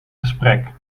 gesprek